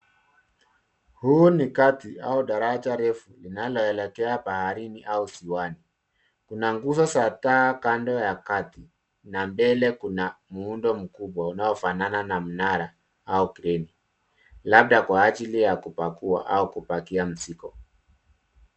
Huu ni kati au daraja refu linaloelekea baharini au ziwani. Kuna nguzo za taa kando ya kati na mbele kuna muundo mkubwa unaofanana na mnara au kreni labda kwa ajili ya kupakua au kupakia mzigo.